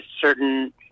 certain